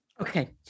Okay